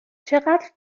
چقد